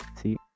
see